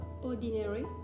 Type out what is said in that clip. Ordinary